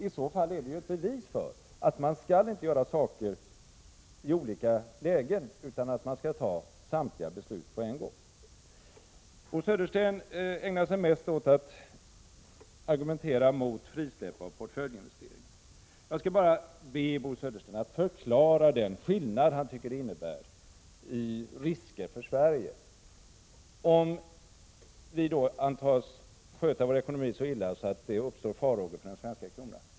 I så fall är det ett bevis för att man inte skall företa saker i olika lägen, utan att man skall fatta samtliga beslut på en gång. Bo Södersten ägnar sig mest åt att argumentera mot frisläppande av portföljinvesteringar. Jag skulle vilja be Bo Södersten att förklara vad det innebär för risker för Sverige, om vi då antas sköta vår ekonomi så illa att det uppstår farhågor för den svenska kronan.